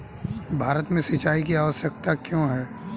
भारत में सिंचाई की आवश्यकता क्यों है?